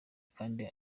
kandi